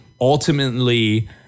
ultimately